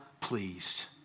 pleased